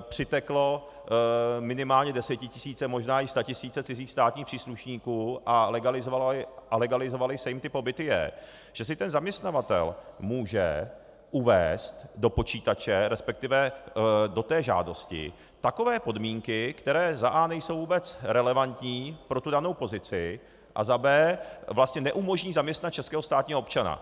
přiteklo minimálně desetitisíce, možná i statisíce cizích státních příslušníků a legalizovaly se jim ty pobyty, je, že si ten zaměstnavatel může uvést do počítače, respektive do té žádosti takové podmínky, které a) nejsou vůbec relevantní pro tu danou pozici a b) vlastně neumožní zaměstnat českého státního občana.